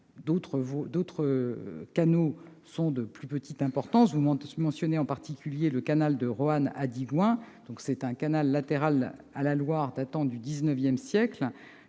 d'autres canaux sont de plus petite importance. Vous mentionnez en particulier le canal de Roanne à Digoin- un canal latéral à la Loire datant du XIX siècle.